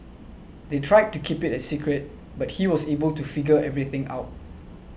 they tried to keep it a secret but he was able to figure everything out